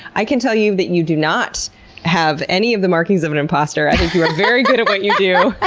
i can tell you that you do not have any of the markings of an imposter. i think you are very good at what you do.